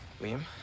William